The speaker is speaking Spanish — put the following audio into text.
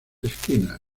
esquinas